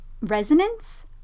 resonance